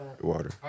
Water